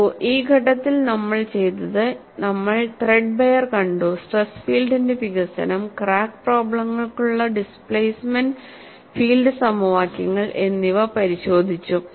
നോക്കൂ ഈ ഘട്ടത്തിൽ നമ്മൾ ചെയ്തത് നമ്മൾ ത്രെഡ്ബെയർ കണ്ടു സ്ട്രെസ് ഫീൽഡിന്റെ വികസനം ക്രാക്ക് പ്രോബ്ലെങ്ങൾക്കുള്ള ഡിസ്പ്ലേസ്മെന്റ് ഫീൽഡ് സമവാക്യങ്ങൾ എന്നിവ പരിശോധിച്ചു